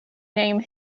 name